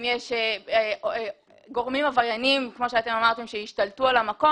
אם יש גורמים עבריינים כמו שאתם אמרתם שהשתלטו על המקום.